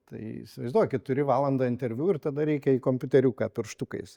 tai įsivaizduokit turi valandą interviu ir tada reikia į kompiuteriuką pirštukais